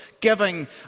giving